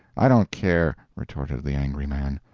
i don't care! retorted the angry man.